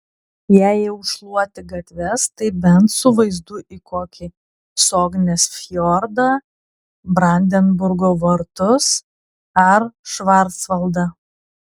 jei jau šluoti gatves tai bent su vaizdu į kokį sognės fjordą brandenburgo vartus ar švarcvaldą